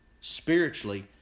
spiritually